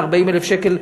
40,000 שקל,